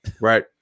right